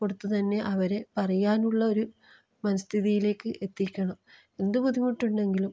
കൊടുത്ത് തന്നെ അവർ അറിയാനുള്ള ഒരു മനസ്ഥിതിയിലേക്ക് എത്തിക്കണം എന്ത് ബുദ്ധിമുട്ട് ഉണ്ടെങ്കിലും